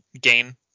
gain